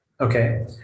okay